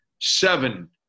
seven